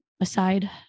Aside